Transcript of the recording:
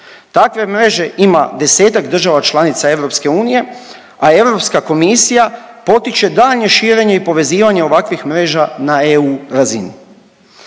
Takve mreže ima desetak država članica EU, a Europska komisija potiče daljnje širenje i povezivanje ovakvih mreža na eu razini.